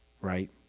Right